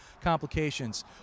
complications